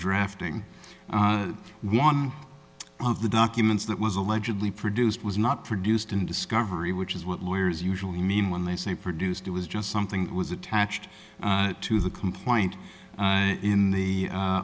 drafting one of the documents that was allegedly produced was not produced in discovery which is what lawyers usually mean when they say produced it was just something that was attached to the complaint in the